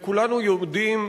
כולנו יודעים,